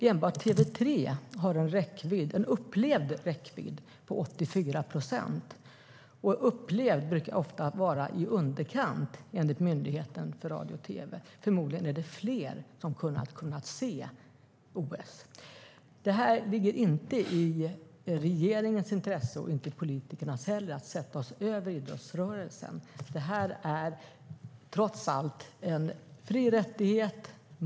Enbart TV3 har en upplevd räckvidd på 84 procent. Upplevd räckvidd brukar ofta vara i underkant, enligt Myndigheten för radio och tv. Förmodligen är det fler som kommer att kunna se OS. Det ligger inte i regeringens, och inte heller i politikernas, intresse att sätta oss över idrottsrörelsen. Detta är trots allt en fri rättighet.